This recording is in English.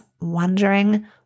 wondering